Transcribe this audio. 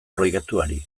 proiektuari